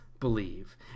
Believe